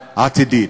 העתידית.